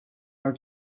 are